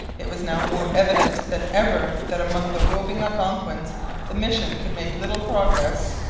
it was now more evident than ever that among the roving algonquins the mission could make little progress.